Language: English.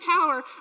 power